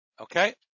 Okay